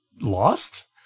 lost